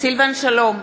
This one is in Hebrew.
סילבן שלום,